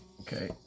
Okay